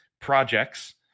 projects